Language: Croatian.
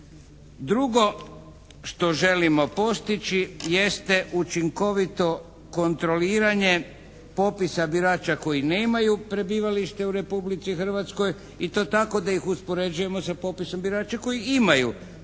Drugo što želimo postići jeste učinkovito kontroliranje popisa birača koji nemaju prebivalište u Republici Hrvatskoj i to tako da ih uspoređujemo sa popisom birača koji imaju prebivalište